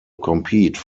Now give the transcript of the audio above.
compete